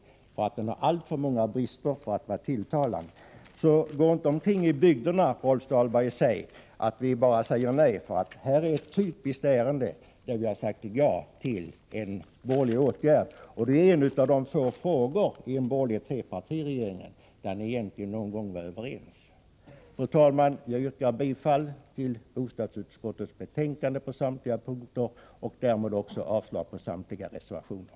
Den har nämligen alltför många brister för att vara tilltalande. Gå inte omkring i bygderna, Rolf Dahlberg, och påstå att vi socialdemokrater bara säger nej, för här har vi ett typiskt ärende där vi har sagt ja till en borgerlig åtgärd. Detta är egentligen en av de få frågor där den borgerliga trepartiregeringen var överens. Fru talman! Jag yrkar bifall till bostadsutskottets hemställan på samtliga punkter och därmed avslag på samtliga reservationer.